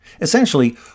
Essentially